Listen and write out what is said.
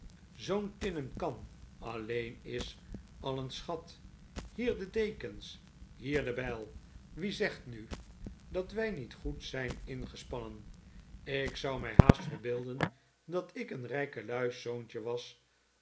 zoo'n tinnen kan alleen is al een schat hier de dekens hier de bijl wie zegt nu dat wij niet goed zijn ingespannen ik zou mij haast verbeelden dat ik een rijkeluiszoontje was